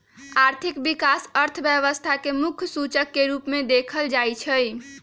आर्थिक विकास अर्थव्यवस्था के मुख्य सूचक के रूप में देखल जाइ छइ